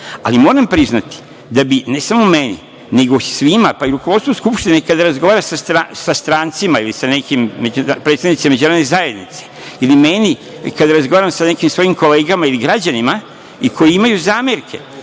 ali moram priznati da bi ne samo meni, nego svima pa i rukovodstvo Skupštine kada razgovaramo sa strancima ili sa nekim predstavnicima međunarodnih zajednica ili meni kada razgovaram sa nekim svojim kolegama ili građanima i koji imaju zamerke